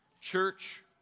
Church